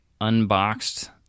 unboxed